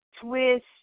twist